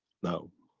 now.